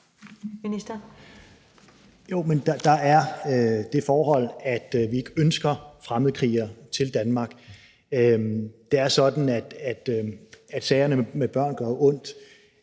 Kofod): Jamen der er det forhold, at vi ikke ønsker fremmedkrigere til Danmark. Det er sådan, at sagerne om børnene gør ondt,